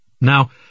Now